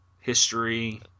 history